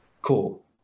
Cool